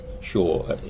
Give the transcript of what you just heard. Sure